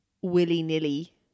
willy-nilly